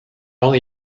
ans